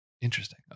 interesting